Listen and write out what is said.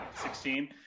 16